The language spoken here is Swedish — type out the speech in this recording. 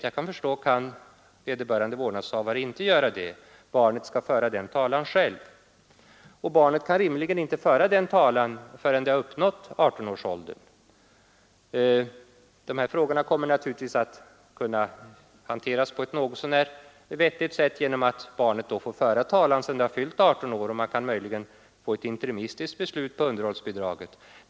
Jag ifrågasätter om vederbörande vårdnadshavare kan göra det; om inte barnet måste föra denna talan själv. I så fall kan barnet rimligen inte föra talan förrän det har uppnått 18 års ålder. De här frågorna kommer naturligtvis att kunna hanteras på ett något Myndighetsåldern, så när vettigt sätt genom att barnet får föra talan sedan det fyllt 18 år, och man kan möjligen få ett interimistiskt beslut om underhållsbidraget.